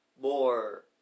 more